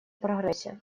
прогрессе